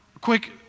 quick